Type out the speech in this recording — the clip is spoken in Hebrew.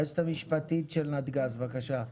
היועצת המשפטית של נתג"ז, בקשה.